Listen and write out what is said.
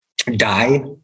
Die